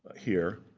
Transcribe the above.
here.